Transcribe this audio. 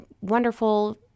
wonderful